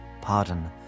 Pardon